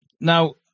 Now